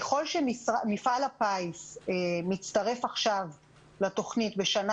ככל שמפעל הפיס מצטרף עכשיו לתוכנית בשנה